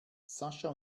sascha